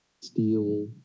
Steel